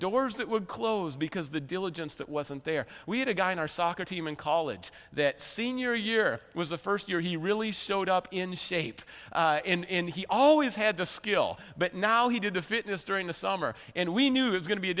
doors that would close because the diligence that wasn't there we had a guy on our soccer team in college that senior year was the first year he really showed up in shape and he always had the skill but now he did the fitness during the summer and we knew it's going to be a